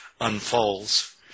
unfolds